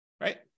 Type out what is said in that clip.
right